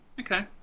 Okay